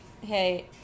Hey